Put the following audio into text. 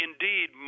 indeed